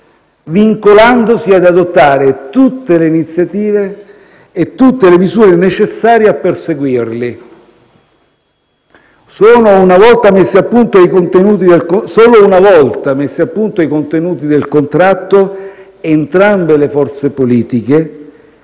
vincolandosi ad adottare tutte le iniziative e tutte le misure necessarie a perseguirli. Solo una volta messi a punto i contenuti del contratto, entrambe le forze politiche,